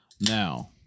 Now